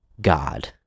God